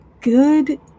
Good